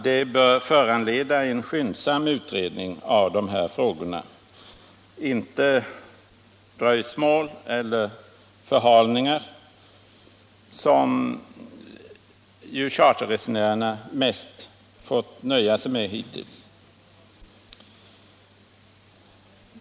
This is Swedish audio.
Detta bör föranleda en skyndsam utredning av dessa frågor, inte sådana förhalningar som charterresenärerna mest fått nöja sig med hittills.